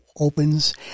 opens